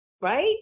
right